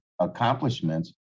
accomplishments